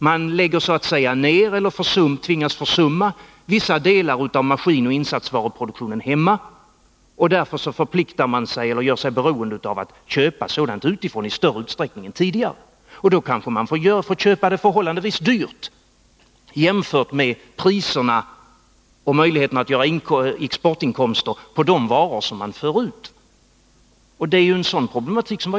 Det innebär att man lägger ner eller tvingas försumma vissa delar av maskinoch insatsvaruproduktionen hemma och därmed förpliktar sig eller gör sig beroende av att köpa sådant utifrån i större utsträckning än tidigare. Och då kanske man får köpa förhållandevis dyrt, jämfört med priserna och möjligheterna att göra exportinkomster på de varor som man för ut. Såvitt jag förstår så finns det en sådan problematik.